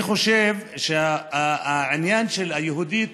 אני חושב שהעניין של היהודית,